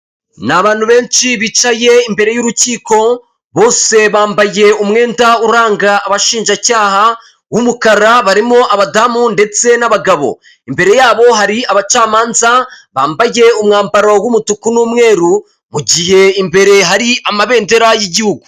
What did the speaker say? Ni abantu benshi bicaye imbere y'urukiko bose bambaye umwenda uranga abashinjacyaha w'umukara barimo abadamu ndetse n'abagabo imbere yabo hari abacamanza bambaye umwambaro w'umutuku n'umweru mu gihe imbere hari amabendera y'igihugu .